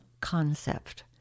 concept